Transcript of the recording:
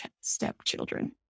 stepchildren